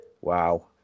wow